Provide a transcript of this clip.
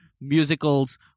musicals